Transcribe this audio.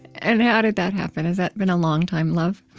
and how did that happen? has that been a longtime love?